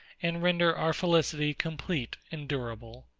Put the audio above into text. and render our felicity complete and durable.